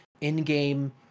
in-game